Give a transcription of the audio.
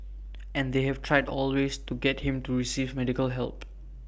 and they have tried all ways to get him to receive medical help